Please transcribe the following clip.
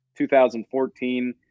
2014